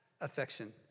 affection